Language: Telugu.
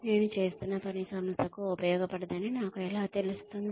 నేను చేస్తున్న పని సంస్థకు ఉపయోగపడదని నాకు ఎలా తెలుస్తుంది